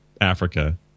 Africa